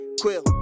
Quill